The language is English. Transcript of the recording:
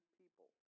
people